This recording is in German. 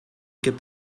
gibt